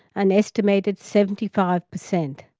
an estimated seventy five per cent.